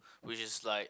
which is like